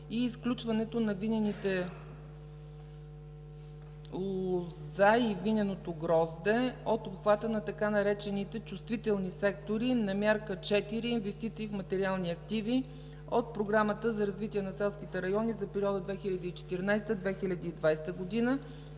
и изключването на винените лозя и виненото грозде от обхвата на така наречените „чувствителни сектори” на Мярка 4 „Инвестиции в материални активи” от Програмата за развитие на селските райони за периода 2014-2020 г.